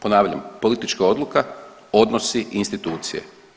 Ponavljam, politička odluka, odnosi institucije.